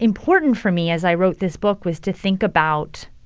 important for me as i wrote this book was to think about